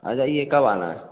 आ जाइए कब आना है